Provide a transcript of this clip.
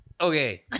Okay